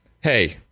hey